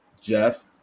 Jeff